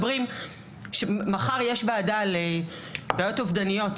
מחר יש ועדה לבעיות אובדניות,